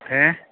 ഏ